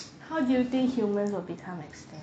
how do you think humans will become extinct